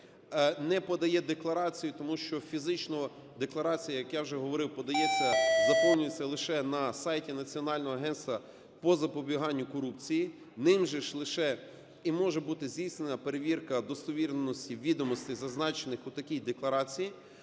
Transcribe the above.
не подає декларацію, тому що фізично декларація, як я вже говорив, заповнюється лише на сайті Національного агентства по запобіганню корупції, ним же ж лише і може бути здійснена перевірка достовірності відомостей, зазначених у такій декларації.